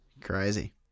Crazy